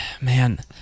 man